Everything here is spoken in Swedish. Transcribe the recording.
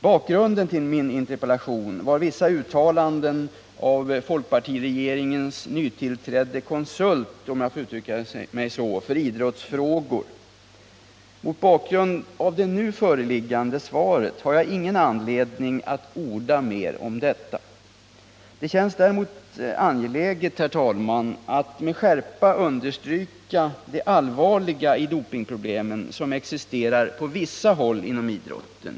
Bakgrunden till min interpellation var vissa uttalanden av folkpartiregeringens nytillträdde konsult — om jag får uttrycka mig så — för idrottsfrågor. Mot bakgrund av det nu föreliggande svaret har jag ingen anledning att orda mera om detta. Det känns däremot angeläget, herr talman, att med skärpa understryka det allvarliga i de dopingproblem som existerar på vissa håll inom idrotten.